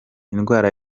indwara